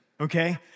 okay